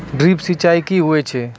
Drip सिंचाई कि होय छै?